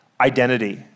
identity